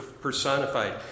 personified